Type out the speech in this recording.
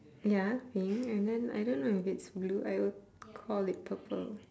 ya pink and then I don't know if it's blue I will c~ call it purple